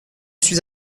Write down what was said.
suis